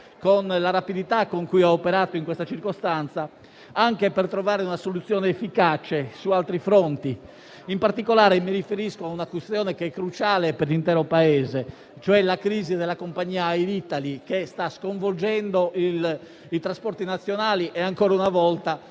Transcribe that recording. con la rapidità con cui ha operato in questa circostanza anche per trovare una soluzione efficace su altri fronti. In particolare, mi riferisco a una questione cruciale per l'intero Paese, ovvero la crisi della compagnia Air Italy, che sta sconvolgendo i trasporti nazionali e ancora una volta